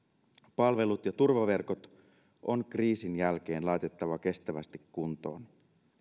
palvelut ja turvaverkot on kriisin jälkeen laitettava kestävästi kuntoon